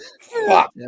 Fuck